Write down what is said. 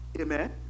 Amen